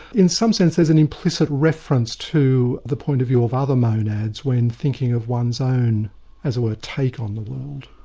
in some sense there's an implicit reference to the point of view of other monads when thinking of one's own as it were, take on the world.